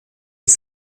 les